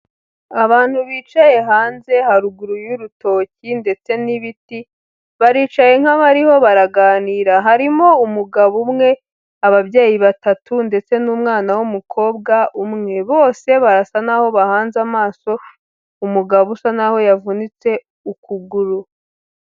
Abantu bicaye hanze haruguru y'urutoki ndetse n'ibiti, baricaye nk'aho bariho baraganira harimo umugabo umwe ababyeyi batatu ndetse n'umwana w'umukobwa umwe, bose barasa naho bahanze amaso umugabo usa naho yavunitse ukuguru.